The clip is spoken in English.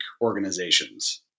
organizations